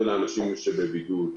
כך גודל האנשים שבבידוד,